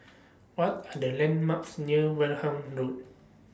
What Are The landmarks near Wareham Road